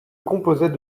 composait